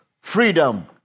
freedom